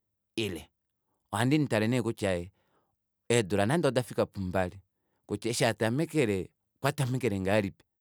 Ohandimutale nee kutya ee eendula nande odafika pumbali eshi atamekele okwatamekele ngahelipi